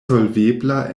solvebla